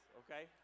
okay